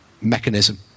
mechanism